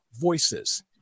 voices